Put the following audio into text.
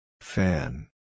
Fan